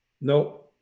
No